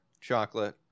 chocolate